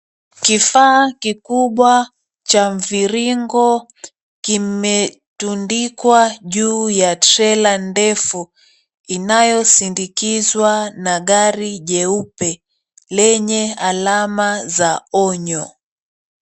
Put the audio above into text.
Kifaa kikubwa cha mviringo kimetundikwa juu ya trela ndefu inayosindikizwa na gari jeupe lenye alama za onyo.